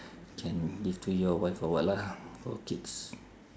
can give to your wife or what lah or kids